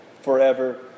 forever